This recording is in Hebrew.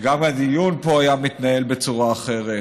וגם הדיון פה היה מתנהל בצורה אחרת.